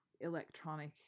electronic